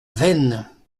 veynes